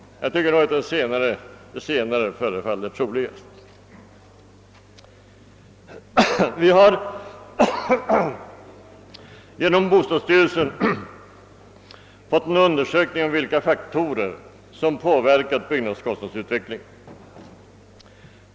Jag anser att det senare alternativet förefaller mest troligt. Genom bostadsstyrelsens försorg har gjorts en undersökning om vilka faktorer som påverkat byggnadskostnadsutvecklingen.